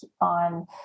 on